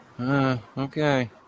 Okay